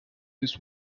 this